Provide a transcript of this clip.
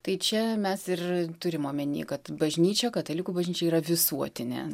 tai čia mes ir turim omeny kad bažnyčia katalikų bažnyčia yra visuotinė